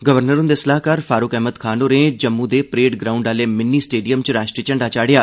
governor हुंदे सलाहकार फारूक अहमद खान होरें जम्मू दे परेड ग्राउंड आह्ले मिनी स्टेडियम च राष्ट्री चंडा चाढ़ेया